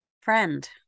Friend